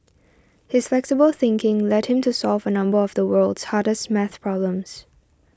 his flexible thinking led him to solve a number of the world's hardest math problems